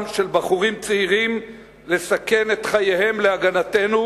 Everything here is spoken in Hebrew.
של בחורים צעירים לסכן את חייהם להגנתנו,